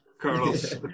Carlos